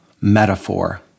metaphor